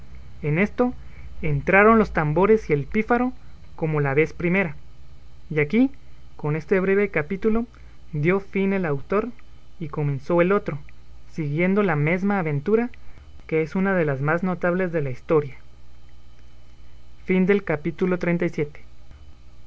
en esto entraron los tambores y el pífaro como la vez primera y aquí con este breve capítulo dio fin el autor y comenzó el otro siguiendo la mesma aventura que es una de las más notables de la historia capítulo xxxviii